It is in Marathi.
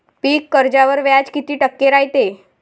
पीक कर्जावर व्याज किती टक्के रायते?